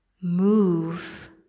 move